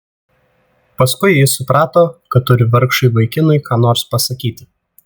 paskui ji suprato kad turi vargšui vaikinui ką nors pasakyti